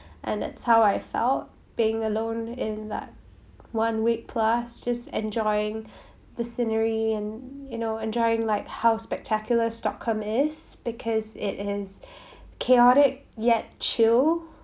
and that's how I felt being alone in that one week plus just enjoying the scenery and you know enjoying like how spectacular stockholm is because it has chaotic yet chill